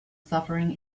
suffering